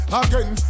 again